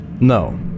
No